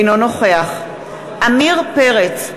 אינו נוכח עמיר פרץ,